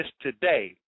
today